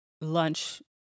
lunch